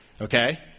okay